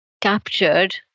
captured